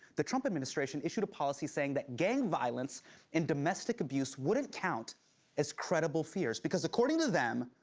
the trump administration issued a policy saying that gang violence and domestic abuse wouldn't count as credible fears because according to them,